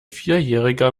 vierjähriger